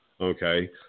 Okay